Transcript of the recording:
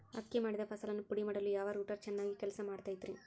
ಅಕ್ಕಿ ಮಾಡಿದ ಫಸಲನ್ನು ಪುಡಿಮಾಡಲು ಯಾವ ರೂಟರ್ ಚೆನ್ನಾಗಿ ಕೆಲಸ ಮಾಡತೈತ್ರಿ?